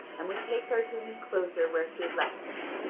and would take her to an enclosure where she had left him.